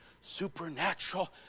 supernatural